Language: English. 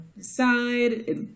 side